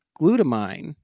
glutamine